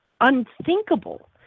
unthinkable